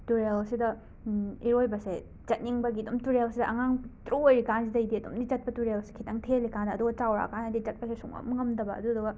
ꯇꯨꯔꯦꯜꯁꯤꯗ ꯏꯔꯣꯏꯕꯁꯦ ꯆꯠꯅꯤꯡꯕꯒꯤ ꯑꯗꯨꯝ ꯇꯨꯔꯦꯜꯁꯤꯗ ꯑꯉꯥꯡ ꯄꯤꯛꯇ꯭ꯔꯨ ꯑꯣꯏꯔꯤꯀꯥꯟꯁꯤꯗꯩꯗꯤ ꯑꯗꯨꯝꯗꯤ ꯆꯠꯄ ꯇꯨꯔꯦꯜꯁꯦ ꯈꯤꯇꯪ ꯊꯦꯜꯂꯤ ꯀꯥꯟꯗ ꯑꯗꯣ ꯆꯥꯎꯔꯛꯑꯀꯥꯟꯗꯗꯤ ꯆꯠꯄꯁꯦ ꯁꯨꯛꯉꯝ ꯉꯝꯗꯕ ꯑꯗꯨꯗꯨꯒ